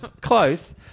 Close